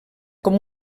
com